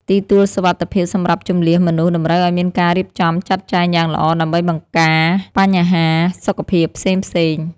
ទីទួលសុវត្ថិភាពសម្រាប់ជម្លៀសមនុស្សតម្រូវឱ្យមានការរៀបចំចាត់ចែងយ៉ាងល្អដើម្បីបង្ការបញ្ហាសុខភាពផ្សេងៗ។